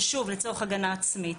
ושוב, לצורך הגנה עצמית,